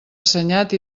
assenyat